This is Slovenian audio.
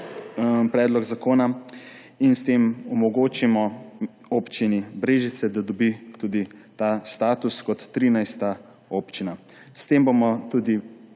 predlog zakona in s tem omogočimo Občini Brežice, da dobi ta status kot 13. občina. S tem bomo tudi